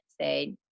say